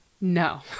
No